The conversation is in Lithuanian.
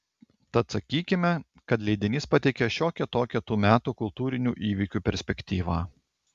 tad sakykime kad leidinys pateikė šiokią tokią tų metų kultūrinių įvykių perspektyvą